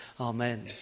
Amen